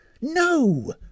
No